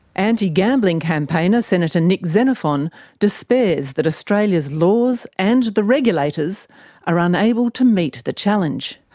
anti-gambling campaigner senator nick xenophon despairs that australia's laws and the regulators are unable to meet the challenge.